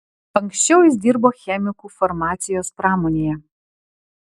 anksčiau jis dirbo chemiku farmacijos pramonėje